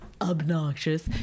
Obnoxious